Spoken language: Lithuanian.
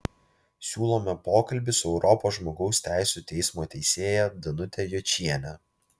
siūlome pokalbį su europos žmogaus teisių teismo teisėja danute jočiene